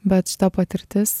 bet šita patirtis